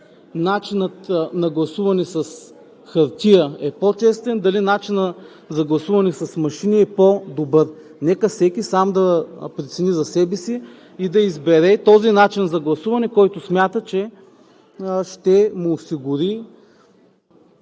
начинът на гласуване с хартия е по-честен, дали начинът за гласуване с машини е по-добър. Нека всеки сам да прецени за себе си и да избере този начин за гласуване, който смята, че ще му осигури